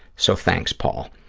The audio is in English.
so, thanks, paul.